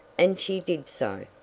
and she did so.